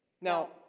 Now